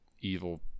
evil